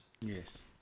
Yes